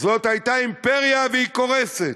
זאת הייתה אימפריה והיא קורסת,